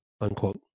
Unquote